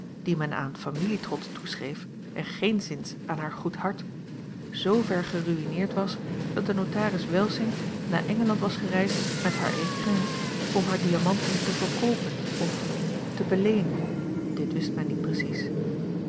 die men aan familietrots toeschreef en geenszins aan haar goed hart zoover geruïneerd was dat de notaris welsink naar engeland was gereisd met haar écrin om hare diamanten te verkoopen of te beleenen dit wist men niet precies